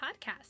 podcast